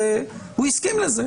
הוא הסכים לזה.